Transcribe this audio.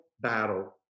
battle